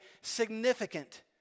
significant